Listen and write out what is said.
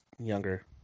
younger